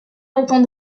pourtant